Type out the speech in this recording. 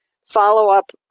follow-up